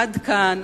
עד כאן,